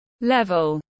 level